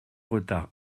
retards